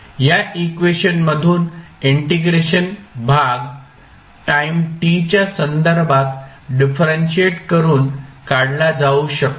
या इक्वेशन मधुन इंटिग्रेशन भाग टाईम t च्या संदर्भात डिफरंशिएट करून काढला जाऊ शकतो